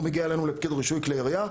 הוא מגיע אלינו לפקיד רישוי כלי ירייה,